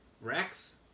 Rex